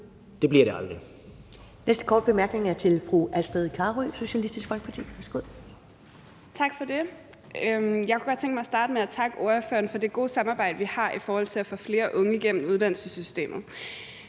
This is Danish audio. guld bliver det aldrig.